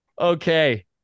Okay